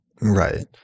Right